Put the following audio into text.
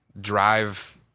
drive